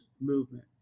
movement